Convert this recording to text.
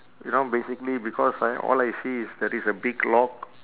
you know basically because I all I see is there is a big lock